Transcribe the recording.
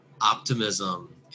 optimism